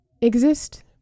exist